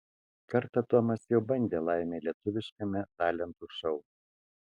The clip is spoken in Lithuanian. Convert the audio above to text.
kartą tomas jau bandė laimę lietuviškame talentų šou